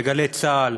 בגלי צה"ל,